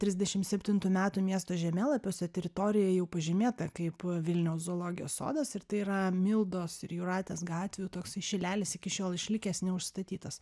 trisdešim septintų metų miesto žemėlapiuose teritorija jau pažymėta kaip vilniaus zoologijos sodas ir tai yra mildos ir jūratės gatvių toksai šilelis iki šiol išlikęs neužstatytas